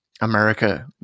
America